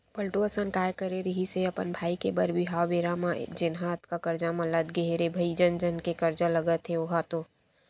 पलटू अइसन काय करे रिहिस हे अपन भाई के बर बिहाव बेरा म जेनहा अतका करजा म लद गे हे रे भई जन जन के करजा लगत हे ओहा तो